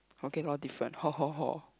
okay about different ho ho ho